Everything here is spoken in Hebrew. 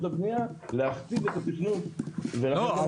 הבנייה להכתיב את התכנון --- לא,